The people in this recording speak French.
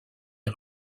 les